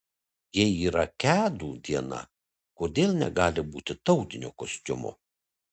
jei yra kedų diena kodėl negali būti tautinio kostiumo